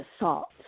assault